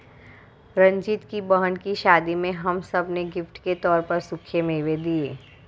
रंजीत की बहन की शादी में हम सब ने गिफ्ट के तौर पर सूखे मेवे दिए